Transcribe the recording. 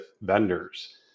vendors